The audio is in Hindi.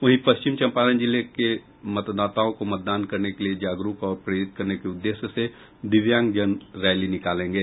वहीं पश्चिम चंपारण जिले में मतदाताओं को मतदान करने के लिए जागरूक और प्रेरित करने के उद्देश्य से दिव्यांगजन रैली निकालेंगे